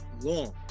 long